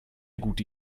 gute